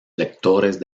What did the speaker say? lectores